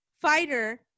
fighter